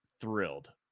thrilled